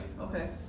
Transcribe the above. okay